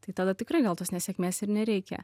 tai tada tikrai gal tos nesėkmės ir nereikia